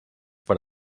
per